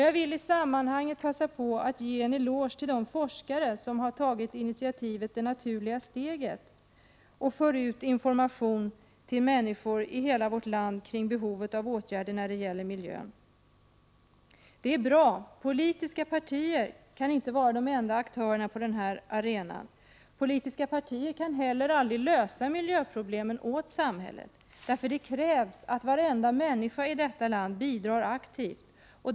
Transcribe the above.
Jag vill i sammanhanget passa på att ge en eloge till de forskare som tagit initiativet ”Det naturliga steget” och för ut information till människor i hela vårt land kring behovet av åtgärder när det gäller miljön. Det är bra. Politiska partier kan inte vara de enda aktörerna på den här arenan. Politiska partier kan heller aldrig lösa miljöproblemen åt samhället, därför att det krävs att varenda människa i detta land bidrar aktivt.